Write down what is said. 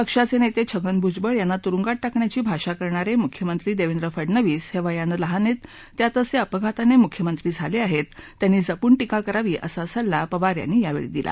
पक्षाचतिक्विगन भूजबळ यांना तुरुंगात टाकण्याची भाषा करणारम्रिख्यमंत्री दक्वि फडनवीस हक्वियानं लहान आहक्व त्यातच त ्विपघातानमिख्यमंत्री झालखाह्या त्यांनी जपून टीका करावी असा सल्ला पवार यांनी यावक्री दिला